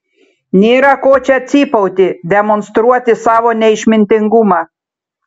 nėra ko čia cypauti demonstruoti savo neišmintingumą